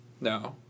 No